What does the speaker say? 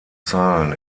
zahlen